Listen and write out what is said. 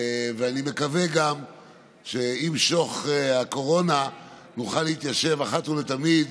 ואני מקווה גם שעם שוך הקורונה נוכל להתיישב אחת ולתמיד